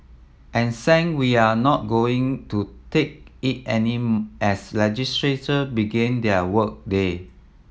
and sang we're not going to take it anymore as legislator began their work day